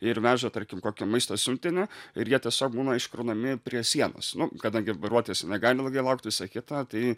ir veža tarkim kokio maisto siuntinį ir jie tiesiog būna iškraunami prie sienos nu kadangi vairuotojas negali ilgai laukt visa kita tai